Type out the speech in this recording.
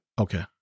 Okay